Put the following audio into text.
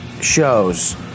shows